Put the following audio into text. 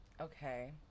Okay